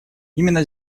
именно